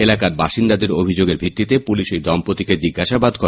এলাকার বাসিন্দাদের অভিযোগের ভিত্তিতে পুলিশ ওই দম্পত্তিকে জিজ্ঞাসাবাদ করে